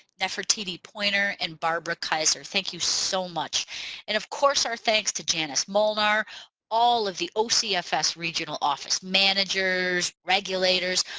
nefertiti poyner and barbara kaiser thank you so much and of course our thanks to janice molnar all of the ocfs yeah regional office managers, regulators,